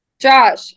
Josh